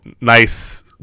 nice